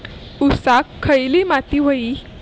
ऊसाक खयली माती व्हयी?